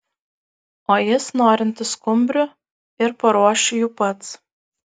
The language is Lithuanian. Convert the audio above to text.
o jis norintis skumbrių ir paruoš jų pats